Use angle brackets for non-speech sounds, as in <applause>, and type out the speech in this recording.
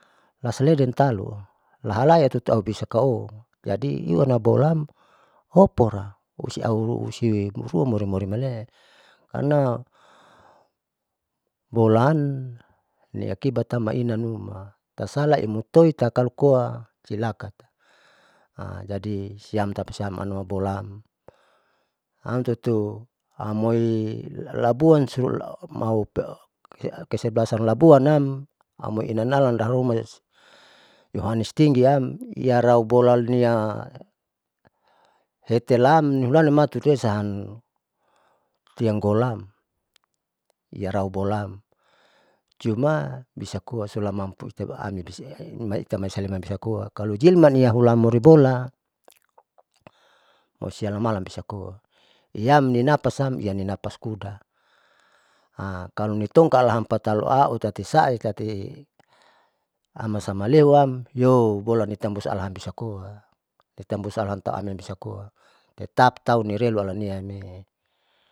Taleden talualahalai aututu bisa ko jadi iunam bolaam opura osi tahu osi ruan baru amori malee karna bolaam niakibatam maina numa tasala imutoi takalokoa cilakati, <hesitation> jadi siam tapasiam anuma bolaam amtutu amoi labuan sulau <unintelligible> keseblasan labuan nam amoi inanalan haruma yphanes tingiam iarau bolania hetelam nihulanin hutuhesaam tiam gol am iyarau bolaam, cuma bisakoa culamampu <unintelligible> itai saleman bisakoa loijilman iahamori bola ausialamalan bisakoa siam inapasam inapas kuda <hesitation> kalonitongkaa oatalu autati saae tati amausameleuam bola itambus alahan bisakoa itambus alahan amoibisakoa tetap taunirelu alaniam mee.